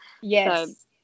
yes